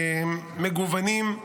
מגוונים.